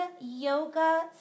yoga